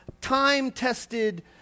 time-tested